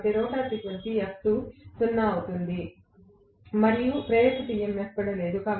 కాబట్టి rotor frequency f2 0 అవుతుంది కాబట్టి ప్రేరేపిత EMF కూడా లేదు